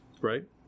right